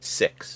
six